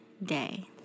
day